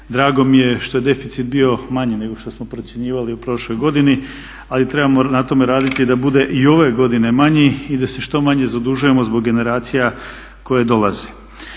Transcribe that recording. drago mi je što je deficit bio manji nego što smo procjenjivali u prošloj godini ali trebamo na tome raditi da bude i ove godine manji i da se što manje zadužujemo zbog generacija koje dolaze.